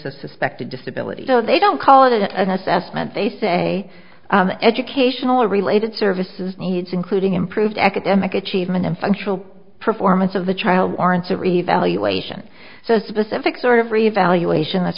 of suspected disability so they don't call it an assessment they say educational related services needs including improved academic achievement and functional performance of the child warrants or evaluation says specific sort of re evaluation that's